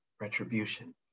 retribution